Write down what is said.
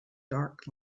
dark